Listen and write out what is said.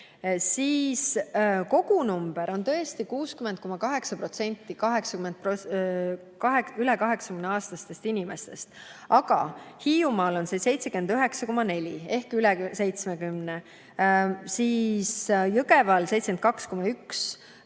et kogunumber on tõesti 60,8% üle 80-aastastest inimestest. Aga Hiiumaal on see 79,4% ehk üle 70%, Jõgevamaal 72,1%,